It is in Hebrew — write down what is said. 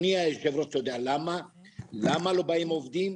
אדוני היו"ר, אתה יודע למה לא באים עובדים?